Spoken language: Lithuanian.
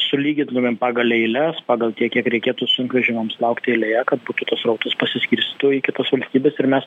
sulygintumėm pagal eiles pagal tiek kiek reikėtų sunkvežimiams laukti eilėje kad būtų tas srautas pasiskirstytų į kitas valstybės ir mes